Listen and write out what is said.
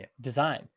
design